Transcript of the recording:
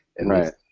right